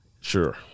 Sure